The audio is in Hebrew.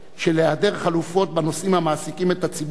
של היעדר חלופות בנושאים המעסיקים את הציבור,